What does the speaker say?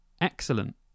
excellent